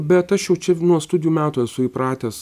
bet aš jau čia nuo studijų metų esu įpratęs